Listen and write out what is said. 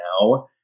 now